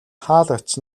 хаалгач